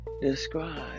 describe